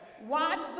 Watch